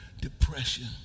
depression